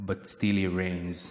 but still he reigns.